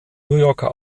yorker